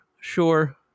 Sure